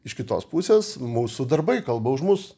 iš kitos pusės mūsų darbai kalba už mus